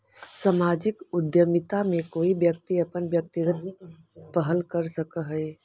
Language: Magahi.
सामाजिक उद्यमिता में कोई व्यक्ति अपन व्यक्तिगत पहल कर सकऽ हई